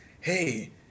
hey